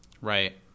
Right